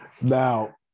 now